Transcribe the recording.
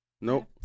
Nope